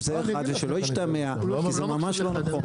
שלא ישתמע כי זה ממש לא נכון.